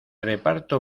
reparto